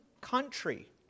country